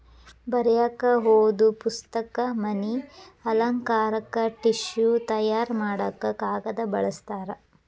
ಬರಿಯಾಕ ಓದು ಪುಸ್ತಕ, ಮನಿ ಅಲಂಕಾರಕ್ಕ ಟಿಷ್ಯು ತಯಾರ ಮಾಡಾಕ ಕಾಗದಾ ಬಳಸ್ತಾರ